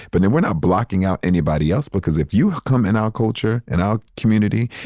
but and we're not blocking out anybody else, because if you come in our culture and our community,